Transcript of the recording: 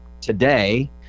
today